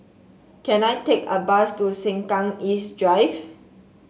can I take a bus to Sengkang East Drive